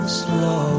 slow